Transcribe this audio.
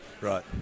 right